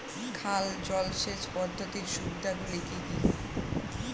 খাল জলসেচ পদ্ধতির সুবিধাগুলি কি কি?